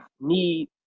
need